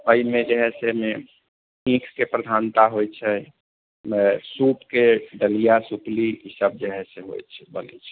एहिमे जे है से ईखके प्रधानता होइत छै सूपके डलिआ सुपली ई सभ जे है से होइत छै बनैत छै